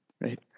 Right